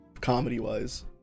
Comedy-wise